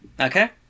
Okay